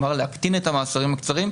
כלומר, להקטין את המאסרים הקצרים.